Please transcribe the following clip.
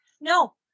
No